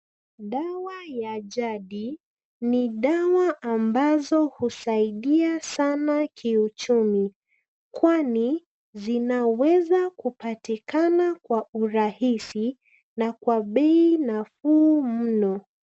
Dawa ya jadi ni dawa ambazo husaidia sana kiuchumi kwani zinaweza kupatikana kwa urahisi na kwa bei nafuu mno.